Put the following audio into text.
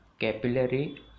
Capillary